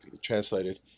translated